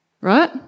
Right